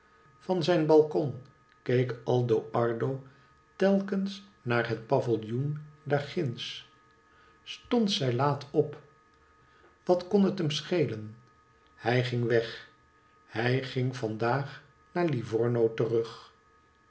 van zijn balkon keek aldo ardo telkens naar het pavillioen daar ginds stond zij laat op wat kon het hem schelen hij ging weg hij ging van daag naar livomo terug